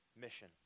mission